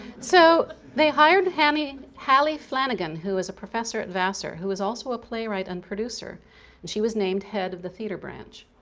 so they hired hallie hallie flanagan who was a professor at vassar who was also a playwright and producer and she was named head of the theater branch.